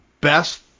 best